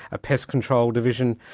a pest control division.